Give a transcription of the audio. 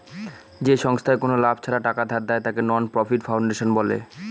যে সংস্থায় কোনো লাভ ছাড়া টাকা ধার দেয়, তাকে নন প্রফিট ফাউন্ডেশন বলে